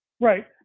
Right